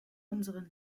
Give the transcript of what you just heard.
unseren